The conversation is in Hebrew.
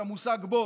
את המושג בוץ.